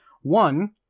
One